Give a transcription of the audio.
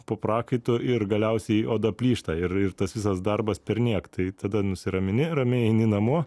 po prakaito ir galiausiai oda plyšta ir ir tas visas darbas perniek tai tada nusiramini ramiai eini namo